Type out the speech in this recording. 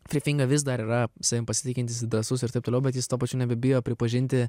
frifinga vis dar yra savim pasitikintis drąsus ir taip toliau bet jis tuo pačiu nebebijo pripažinti